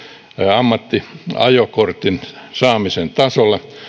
ammattiajokortin saamisen tasolle niin